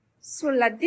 Sulla